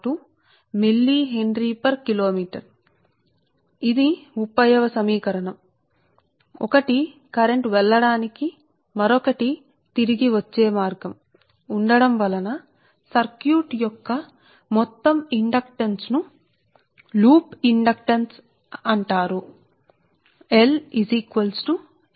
అందువల్ల సర్క్యూట్ల యొక్క మొత్తం ఇండక్టెన్స్ ఎందుకంటే ఒకటి కరెంటు వెళ్ళ డానికి మరొకటి తిరిగి వచ్చే మార్గం సరే కాబట్టి మొత్తం ఇండక్టెన్స్ను లూప్ ఇండక్టెన్స్ అంటారు సరే